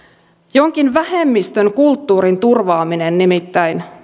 jonkin vähemmistön kulttuurin turvaaminen nimittäin